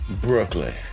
Brooklyn